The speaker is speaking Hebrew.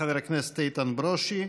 חבר הכנסת איתן ברושי,